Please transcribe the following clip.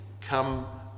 come